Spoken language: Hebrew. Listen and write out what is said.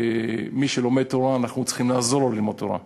מי שלומד תורה, אנחנו צריכים לעזור לו ללמוד תורה.